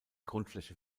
grundfläche